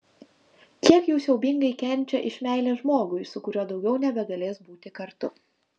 kiek jų siaubingai kenčia iš meilės žmogui su kuriuo daugiau nebegalės būti kartu